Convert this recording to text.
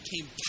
Came